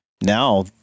Now